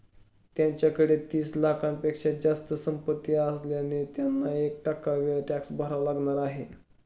त्यांच्याकडे तीस लाखांपेक्षा जास्त संपत्ती असल्याने त्यांना एक टक्का टॅक्स भरावा लागणार आहे